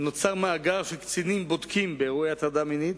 נוצר מאגר של קצינים בודקים באירועי הטרדה מינית,